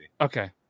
Okay